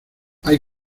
hay